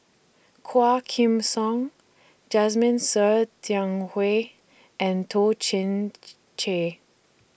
Quah Kim Song Jasmine Ser Xiang Wei and Toh Chin Chye